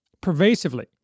pervasively